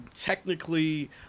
technically